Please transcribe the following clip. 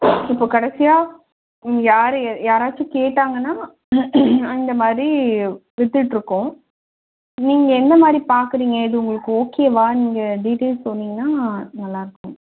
இப்போது கடைசியாக யாரு யாராச்சும் கேட்டாங்கன்னால் அந்த மாதிரி வித்துகிட்ருக்கோம் நீங்கள் என்ன மாதிரி பார்க்குறீங்க இது உங்களுக்கு ஓகேவா நீங்கள் டீட்டெய்ல்ஸ் சொன்னிங்கன்னால் நல்லா இருக்கும்